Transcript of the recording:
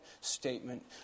statement